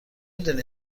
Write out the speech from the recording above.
دانی